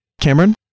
Cameron